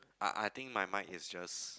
I I think my mind is just